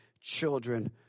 children